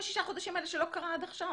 עשינו,